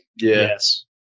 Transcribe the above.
Yes